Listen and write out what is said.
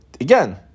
again